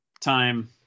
time